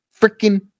freaking